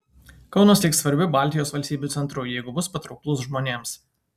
kaunas liks svarbiu baltijos valstybių centru jeigu bus patrauklus žmonėms